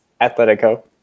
Atletico